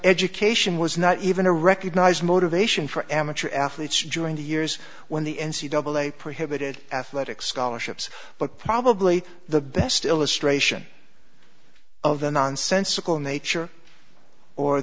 education was not even a recognized motivation for amateur athletes join the years when the n c double a prohibited athletic scholarships but probably the best illustration of the nonsensical nature or